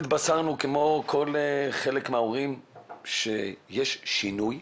התבשרנו כמו כול חלק מההורים שיש שינוי.